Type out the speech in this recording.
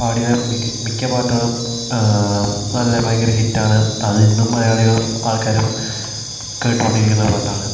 പാടിയ മിക്ക പാട്ടുകളും നല്ല ഭയങ്കര ഹിറ്റാണ് അത് ഇന്നും മലയാളികളും ആൾക്കാരും കേട്ടുകൊണ്ടിരിക്കുന്ന പാട്ടാണ്